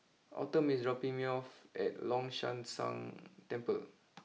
autumn is dropping me off at long Shan Tang Temple